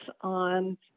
on